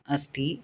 अस्ति